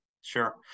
Sure